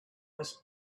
was